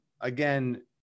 again